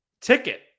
ticket